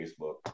Facebook